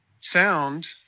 sound